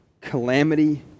calamity